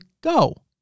go